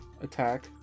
attack